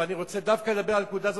אני רוצה דווקא לדבר על נקודה זאת,